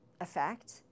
effect